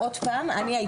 טוב, אני מודה